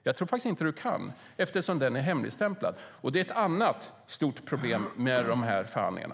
Jag tror faktiskt inte att du kan det eftersom den är hemligstämplad. Och det är ett annat stort problem med de här förhandlingarna.